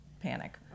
panic